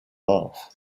laugh